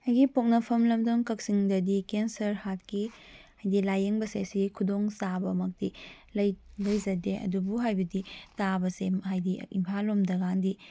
ꯑꯩꯒꯤ ꯄꯣꯛꯅꯐꯝ ꯂꯝꯗꯝ ꯀꯛꯆꯤꯡꯗꯗꯤ ꯀꯦꯟꯁꯔ ꯍꯥꯔꯠꯀꯤ ꯍꯥꯏꯗꯤ ꯂꯥꯌꯦꯡꯕꯁꯦ ꯁꯤꯒꯤ ꯈꯨꯗꯣꯡꯆꯥꯕꯃꯛꯇꯤ ꯂꯩꯖꯗꯦ ꯑꯗꯨꯕꯨ ꯍꯥꯏꯕꯗꯤ ꯇꯥꯕꯁꯦ ꯍꯥꯏꯗꯤ ꯏꯝꯐꯥꯜꯂꯣꯝꯗꯀꯥꯗꯤ